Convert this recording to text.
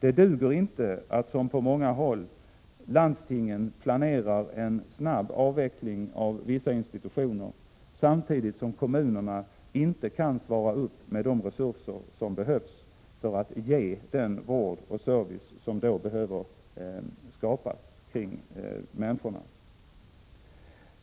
Det duger inte att, som sker på många håll, landstingen planerar en snabb avveckling av vissa institutioner, samtidigt som kommunerna inte kan tillhandahålla de resurser som behövs för att ge den vård och service som behöver skapas kring människorna.